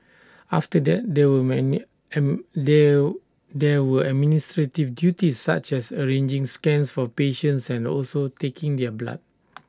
after that there would many there there were administrative duties such as arranging scans for patients and also taking their blood